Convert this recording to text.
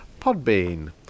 Podbean